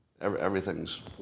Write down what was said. Everything's